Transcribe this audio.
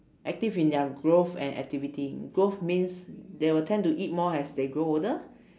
active in their growth and activity growth means they will tend to eat more as they grow older